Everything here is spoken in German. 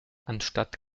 anstatt